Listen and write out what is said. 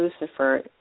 Lucifer